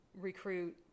recruit